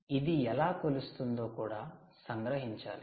ఇది ఎలా కొలుస్తుందో కూడా సంగ్రహించాలి